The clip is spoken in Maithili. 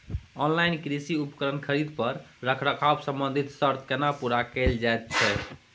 ऑनलाइन कृषि उपकरण खरीद पर रखरखाव संबंधी सर्त केना पूरा कैल जायत छै?